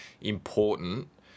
important